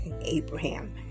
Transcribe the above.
abraham